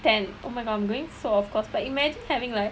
ten oh my god I'm going soft because like imagine having like